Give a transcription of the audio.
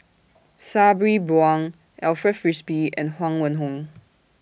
Sabri Buang Alfred Frisby and Huang Wenhong